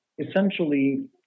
Essentially